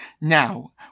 Now